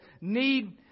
need